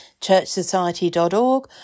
churchsociety.org